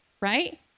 right